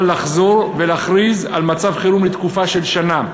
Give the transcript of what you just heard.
לחזור ולהכריז על מצב חירום לתקופה של שנה.